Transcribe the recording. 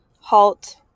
halt